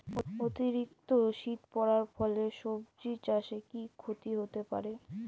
অতিরিক্ত শীত পরার ফলে সবজি চাষে কি ক্ষতি হতে পারে?